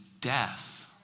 death